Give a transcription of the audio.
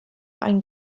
einen